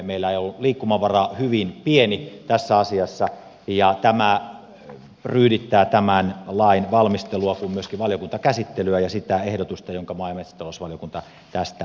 meillä on ollut liikkumavara hyvin pieni tässä asiassa ja tämä ryydittää tämän lain valmistelua kuten myöskin valiokuntakäsittelyä ja sitä ehdotusta jonka maa ja metsätalousvaliokunta tästä on tehnyt